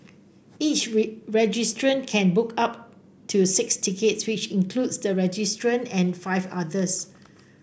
each registrant can book up to six tickets which includes the registrant and five others